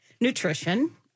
nutrition